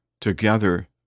together